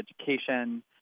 education